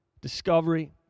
discovery